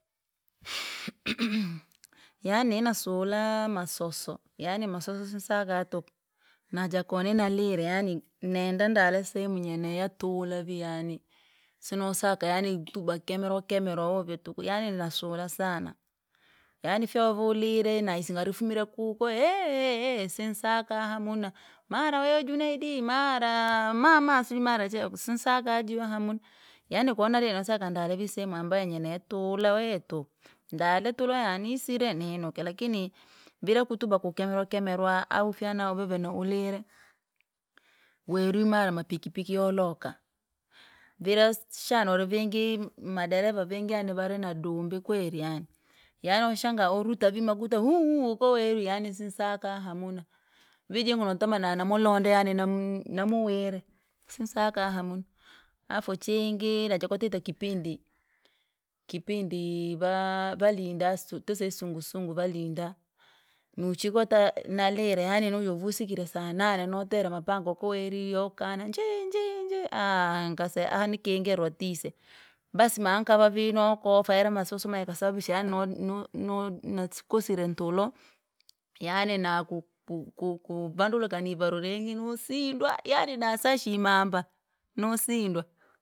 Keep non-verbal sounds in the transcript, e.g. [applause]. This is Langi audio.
[noise] yaani nanasula! Masoso yaani masoso sinsaka tuku, naja koni nalire yaani nenda ndale sehemu yene yatula vii yaani, sinosaka yaani tuba kemerwa kemerwa hovyo tuku, yaani nasula sana. Yaani fyauve ulire naisinga rifumire kuko ye- ye- yesinasaka hamuna, mara we junaidi mara mama sijui mara cheo sinsaka aji hamuna, yaani konalire nosaka ndale vii sehemu ambayo yeneyatula wee tuu. Ndole tulo yaani isire ninuke lakini, vira kutuba kukemerwa kemerwa au fyana uvivye naulire, werwi mara mapikipiki yoloka, vira si- shana uri vingi madereva vingi yani vari na dumbi kweri yani, yaani woshangaa oruta vi makuta wu- wu- wuoko werwi yani sinsaka hamuna. Vii jii ngolatamani na na mulonde yaani namu namuwire, sinsaka hamuna. Alafu chingi naja kwa tile kipindi, kipindi vaa- valinda si- tuseye sungusungu valinda, nuchiko ta nalire yaani nojavusi kire saa nane notera mapanga okoweri yakana [unintelligible] aaha nkaseya aaha ni kingirirwa rotise. Basi mankava vii nokova yare masusu mayakasababisha yaani no- no- no- nonasikosire ntulo, yaani naku ku- ku- kuvanduluka kani varu ringi nosindwa, yani dasasha imamba nosindwa.